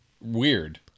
weird